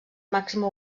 màxima